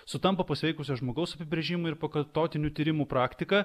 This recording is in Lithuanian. sutampa pasveikusio žmogaus apibrėžimai ir pakartotinių tyrimų praktika